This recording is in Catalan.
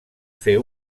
fer